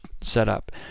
setup